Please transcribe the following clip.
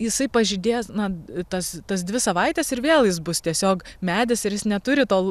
jisai pažydės na tas tas dvi savaites ir vėl jis bus tiesiog medis ir jis neturi tol